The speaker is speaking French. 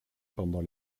pendant